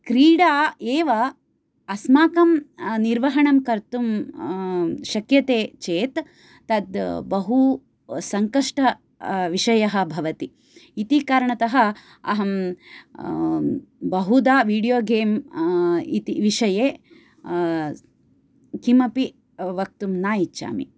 क्रीडा एव अस्माकं निर्वहणं कर्तुं शक्यते चेत् तद् बहु सङ्कष्ट विषयः भवति इति कारणतः अहं बहुधा वीडियो गेम् इति विषये किमपि वक्तुं न इच्छामि